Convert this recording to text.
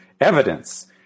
evidence